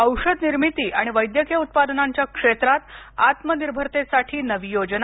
औषधनिर्मिती आणि वैद्यकीय उत्पादनांच्या क्षेत्रात आत्मनिर्भरतेसाठी नवी योजना